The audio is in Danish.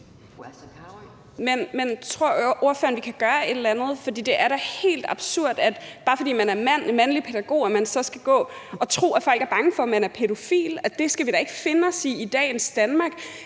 Men tror ordføreren, at vi kan gøre et eller andet? For det er da helt absurd, at bare fordi man er en mand, en mandlig pædagog, så skal man gå og tro, at folk er bange for, at man er pædofil. Det skal vi da ikke finde os i i dagens Danmark.